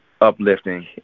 uplifting